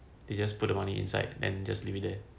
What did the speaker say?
they just put the money inside and just live it there